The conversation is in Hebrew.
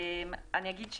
אני אגיד,